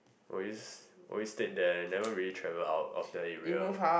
always always stayed there never really travel out of the area